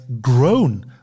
grown